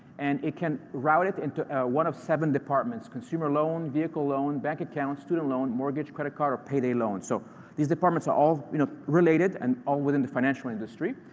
and it can route it into one of seven departments consumer loan, vehicle loan, bank account, student loan, mortgage, credit card, or payday loan. so these departments are all you know related and all within the financial industry.